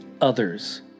others